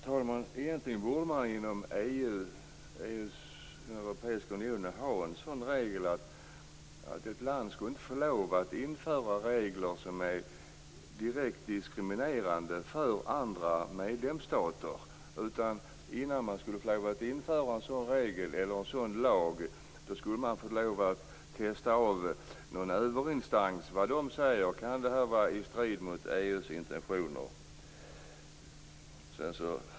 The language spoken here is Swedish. Fru talman! Egentligen borde man inom Europeiska unionen ha en sådan regel att ett land inte skall få lov att införa regler som är direkt diskriminerande för andra medlemsstater. Innan man får lov att införa en sådan lag, måste en överinstans se över lagen för att se om den går i strid med EU:s intentioner.